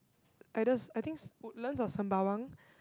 either se~ I think Woodlands or Sembawang